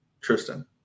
Tristan